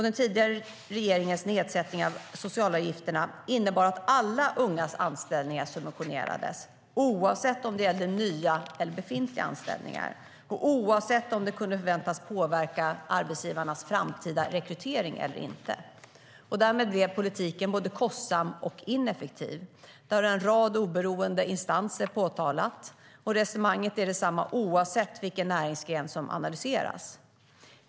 Den tidigare regeringens nedsättning av socialavgifterna innebar att alla ungas anställningar subventionerades, oavsett om det gällde nya eller befintliga anställningar och oavsett om det kunde förväntas påverka arbetsgivarnas framtida rekryteringar eller inte. Därmed blev politiken kostsam och ineffektiv. Detta har en rad oberoende instanser också påtalat. Resonemanget är detsamma oavsett vilken näringsgren som analyseras.